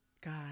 God